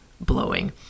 blowing